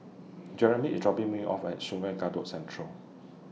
Jerimy IS dropping Me off At Sungei Kadut Central